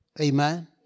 Amen